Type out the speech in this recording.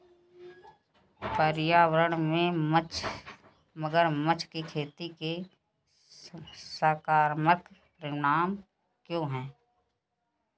पर्यावरण में मगरमच्छ की खेती के सकारात्मक परिणाम क्या हैं?